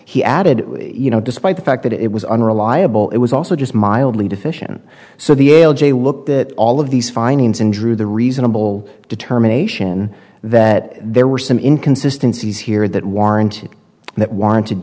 he added you know despite the fact that it was unreliable it was also just mildly deficient so the ale jay looked that all of these findings and drew the reasonable determination that there were some inconsistency is here that warranted that warrant